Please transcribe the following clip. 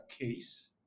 case